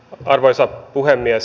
arvoisa puhemies